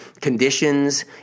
conditions